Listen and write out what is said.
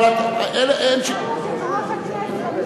אבל אין שיקול,